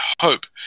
hope